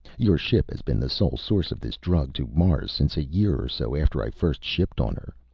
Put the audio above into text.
your ship has been the sole source of this drug to mars since a year or so after i first shipped on her.